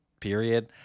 period